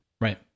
Right